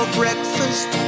breakfast